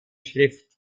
schrift